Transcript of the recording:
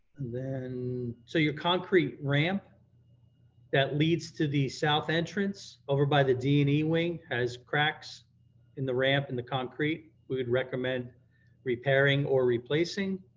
so your concrete ramp that leads to the south entrance over by the d and e wing has cracks in the ramp and the concrete, we would recommend repairing or replacing.